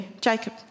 Jacob